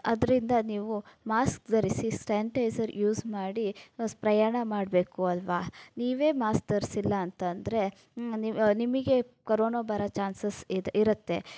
ಅದರಿಂದ ನೀವು ಮಾಸ್ಕ್ ಧರಿಸಿ ಸ್ಯಾನಿಟೈಸರ್ ಯೂಸ್ ಮಾಡಿ ಪ್ರಯಾಣ ಮಾಡಬೇಕು ಅಲ್ವಾ ನೀವೇ ಮಾಸ್ಕ್ ಧರಿಸಿಲ್ಲ ಅಂತಂದರೆ ನಿಮಗೆ ಕರೋನ ಬರೋ ಚಾನ್ಸಸ್ ಇದ್ ಇರತ್ತೆ